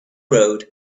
road